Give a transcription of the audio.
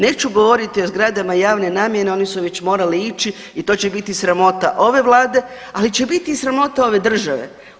Neću govoriti o zgradama javne namjene, one su već morale ići i to će biti sramota ove Vlade, ali će biti i sramota ove države.